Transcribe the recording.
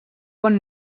bon